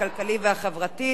הכלכלי והחברתי,